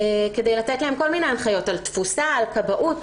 כדי לתת להם כל מיני הנחיות על תפוסה, על כבאות.